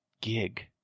gig